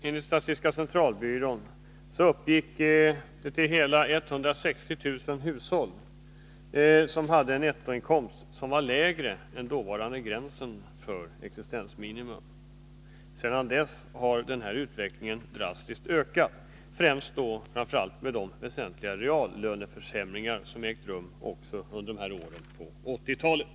Enligt statistiska centralbyrån var det år 1980 hela 160 000 hushåll som hade en nettoinkomst som var lägre än då gällande gräns för existensminimum. Sedan dess har denna utveckling drastiskt fortskridit, främst på grund av de allvarliga reallöneförsämringar som ägt rum under dessa år på 1980-talet.